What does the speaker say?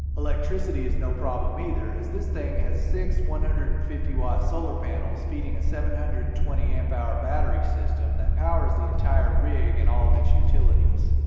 electricity is no problem either as this thing has six one hundred and fifty watt solar panels feeding a seven hundred and twenty amp hour battery system that powers the entire rig and all its utilities.